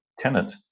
tenant